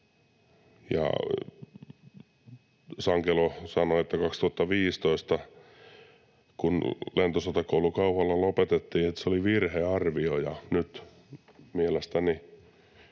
Sankelo sanoi, että 2015, kun Lentosotakoulu Kauhavalla lopetettiin, se oli virhearvio. Nyt mielestäni